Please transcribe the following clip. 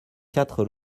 quatre